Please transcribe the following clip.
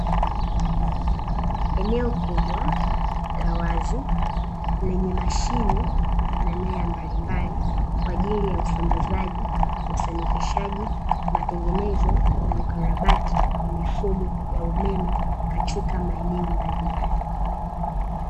Eneo kubwa na wazi lenye mashine na nyaya mbalimbali kwa ajili ya usambazaji, usanifishaji, matengenezo na ukarabati wa mifumo ya umeme katika maeneo mbalimbali.